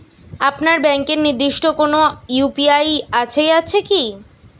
আপনার ব্যাংকের নির্দিষ্ট কোনো ইউ.পি.আই অ্যাপ আছে আছে কি?